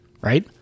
right